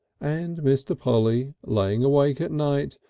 and mr. polly lying awake at nights,